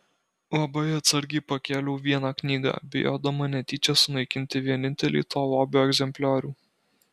labai atsargiai pakėliau vieną knygą bijodama netyčia sunaikinti vienintelį to lobio egzempliorių